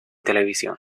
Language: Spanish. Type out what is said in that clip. televisión